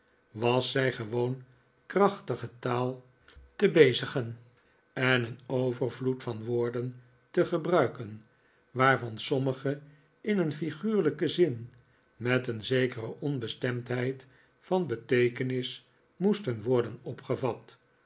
was zij gewoon krachtige taal te bezigen en een overvloed van woorden te gebruiken waarvan sommige in een figuurlijken zin met een zekere onbestemdheid van beteekenis moesten worden opgevat